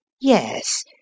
Yes